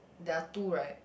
there are two right